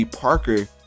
Parker